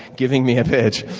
giving me a pitch.